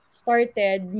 started